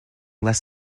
less